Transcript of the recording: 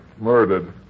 Murdered